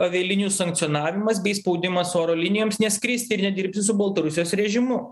avialinijų sankcionavimas bei spaudimas oro linijoms neskrist ir nedirbti su baltarusijos režimu